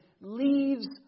leaves